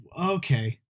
okay